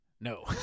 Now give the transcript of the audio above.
No